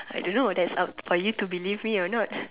I don't know thats up for you to believe me or not